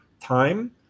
time